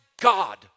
God